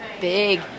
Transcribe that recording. big